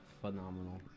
phenomenal